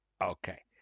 Okay